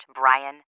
brian